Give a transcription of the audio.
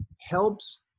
helps